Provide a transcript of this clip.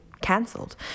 cancelled